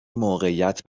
موقعیت